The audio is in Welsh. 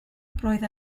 roedd